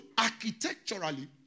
Architecturally